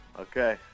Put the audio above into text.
Okay